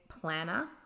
planner